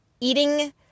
Eating